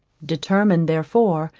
determined, therefore,